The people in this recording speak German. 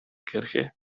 kirche